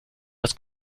das